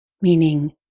meaning